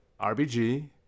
rbg